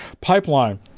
pipeline